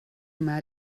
mal